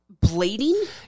Blading